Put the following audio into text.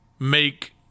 make